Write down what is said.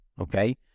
okay